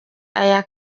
aya